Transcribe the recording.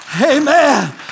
Amen